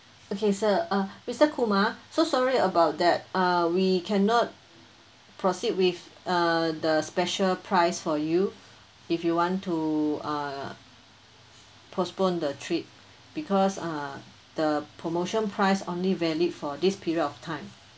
okay sir err mister kumar so sorry about that uh we cannot proceed with err the special price for you if you want to uh postpone the trip because uh the promotion price only valid for this period of time